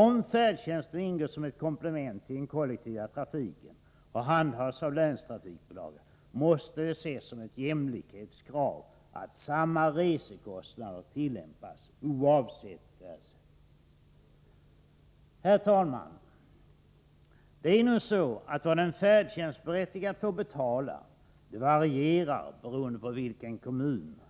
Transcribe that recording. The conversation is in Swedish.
Om färdtjänsten ingår som ett komplement till den kollektiva trafiken och handhas av länstrafikbolagen, måste det ses som ett jämlikhetskrav att samma resekostnader tillämpas oavsett färdsätt. Herr talman! Det är nu så, att vad en färdtjänstberättigad får betala varierar beroende på vilken kommun